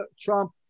Trump